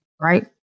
right